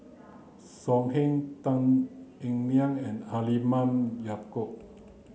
So Heng Tan Eng Liang and Halimah Yacob